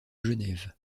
genève